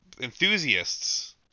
enthusiasts